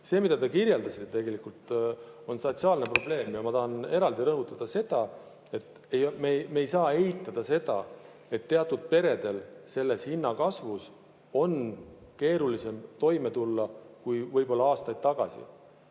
See, mida te kirjeldasite, tegelikult on sotsiaalne probleem. Ja ma tahan eraldi rõhutada, et me ei saa eitada, et teatud peredel on selles hinnakasvus keerulisem toime tulla kui võib-olla aastaid tagasi. Mida